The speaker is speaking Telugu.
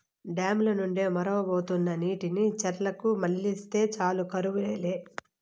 డామ్ ల నుండి మొరవబోతున్న నీటిని చెర్లకు మల్లిస్తే చాలు కరువు లే